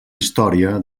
història